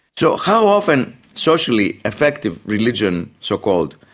so how often, socially effective, religion, so-called,